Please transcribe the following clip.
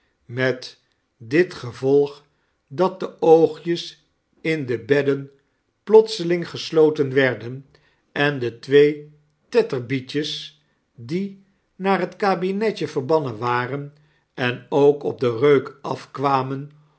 met dit gevolg dat de oogjes in de bedden plotseling gesloten werden en de twee tetterbytjes die naar het kabinetje verbannen waren en ook op den reuk afkwamea